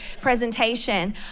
presentation